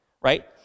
Right